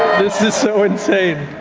this is so insane.